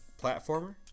platformer